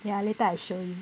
ya later I show you